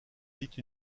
vite